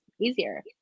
easier